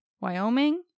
Wyoming